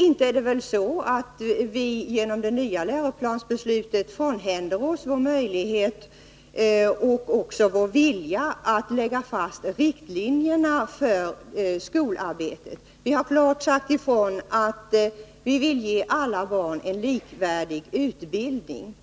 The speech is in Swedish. Inte är det väl så att vi genom det nya läroplansbeslutet frånhänder oss vår möjlighet att lägga fast riktlinjerna för skolarbetet! Vi har klart sagt ifrån att vi vill ge alla barn en likvärdig utbildning.